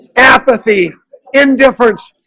apathy indifference,